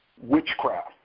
witchcraft